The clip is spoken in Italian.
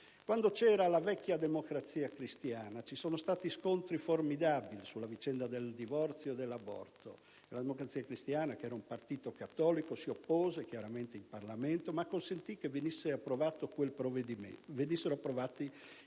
Quando c'era la vecchia Democrazia cristiana, ci sono stati scontri formidabili sulle vicende del divorzio e dell'aborto. La Democrazia Cristiana, che era un partito cattolico, chiaramente si oppose in Parlamento, ma consentì che quei provvedimenti